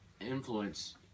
influence